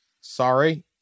sorry